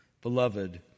Beloved